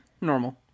normal